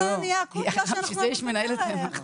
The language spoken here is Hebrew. לא, זה מעבר.